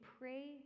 pray